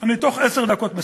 אני בתוך עשר דקות מסכם.